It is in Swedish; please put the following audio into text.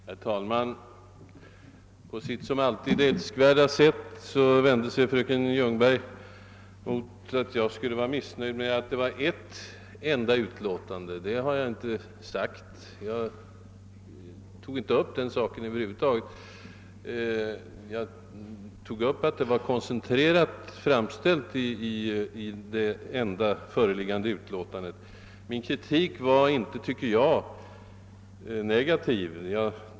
Herr talman! På sitt som alltid älskvärda sätt vände sig fröken Ljungberg mot att jag skulle vara missnöjd med att det förelåg ett enda utlåtande. Men detta har jag ju inte yttrat mig om. Jag tog över huvud taget inte upp den saken. Jag sade däremot att det enda föreliggande utlåtandet var koncentrerat. Min >»kritik« var inte enligt min mening negativ.